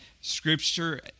Scripture